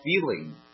feeling